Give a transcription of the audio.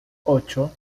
ocho